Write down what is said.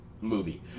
movie